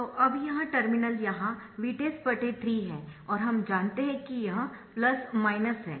तो अब यह टर्मिनल यहाँ Vtest3 है और हम जानते है कि यह है